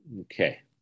Okay